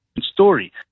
story